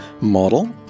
model